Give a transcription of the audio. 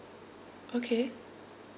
okay